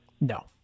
No